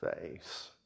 face